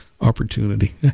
opportunity